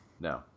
No